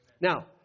Now